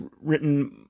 written